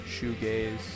shoegaze